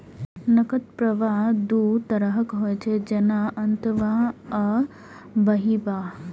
नकद प्रवाह दू तरहक होइ छै, जेना अंतर्वाह आ बहिर्वाह